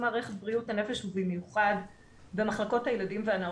מערכת בריאות הנפש ובמיוחד במחלקות הילדים והנוער,